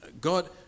God